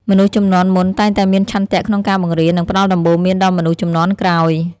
មនុស្សជំនាន់មុនតែងតែមានឆន្ទៈក្នុងការបង្រៀន និងផ្តល់ដំបូន្មានដល់មនុស្សជំនាន់ក្រោយ។